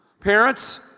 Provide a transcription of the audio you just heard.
Parents